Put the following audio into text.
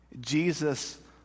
Jesus